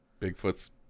Bigfoot's